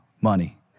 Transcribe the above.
money